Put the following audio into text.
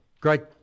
great